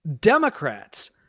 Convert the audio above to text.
Democrats